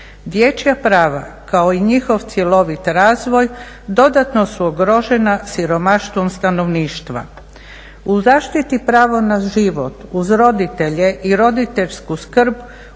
U zaštiti prava na život uz roditelje i roditeljsku skrb